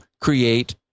create